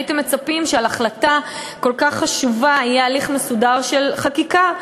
הייתם מצפים שעל החלטה כל כך חשובה יהיה הליך מסודר של חקיקה,